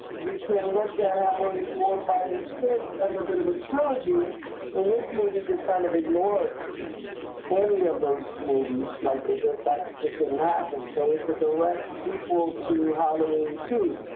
you can look at halloween four five and six as a bit of a trilogy in this movie. just kind of ignored any of those movies like if that just didn't happen, so it's a direct sequel to halloween